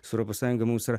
su europos sąjunga mums yra